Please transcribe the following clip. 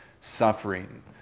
suffering